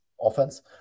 offense